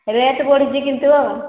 rate ବଢ଼ିଛି କିନ୍ତୁ